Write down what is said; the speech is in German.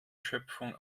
schöpfung